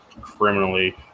criminally –